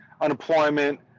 unemployment